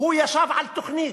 הוא ישב על תוכנית,